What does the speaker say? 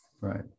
right